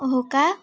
हो का